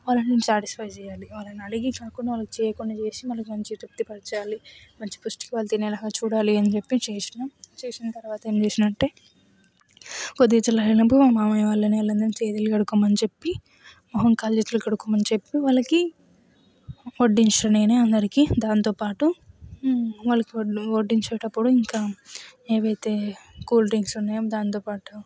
వాళ్లను సాటిస్ఫై నేను చేయాలి వాళ్లని అడిగి కనుక్కొని వాళ్లని చెయ్యకుండా చేసి వాళ్ళని మంచిగా తృప్తి పరచాలి మంచిగా పుష్టిగా తినేలాగా చూడాలి చెప్పి చేసిన చేసిన తర్వాత ఏం చేసినానంటే కొద్దిగా చల్లగా అయినప్పుడు మా మామయ్య వాళ్ళని అందరిని చేతులు కడుక్కోమని చెప్పి మొహం కాళ్లు చేతులు కడుక్కోమని చెప్పి వాళ్ళకి వడ్డించినా నేనే అందరికీ దాంతోపాటు వాళ్లకి వడ్డి వడ్డించేటప్పుడు ఇంకా ఏవైతే కూల్ డ్రింక్స్ ఉన్నాయో దాంతోపాటు